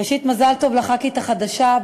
ראשית, מזל טוב לחברת הכנסת החדשה.